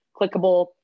clickable